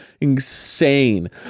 insane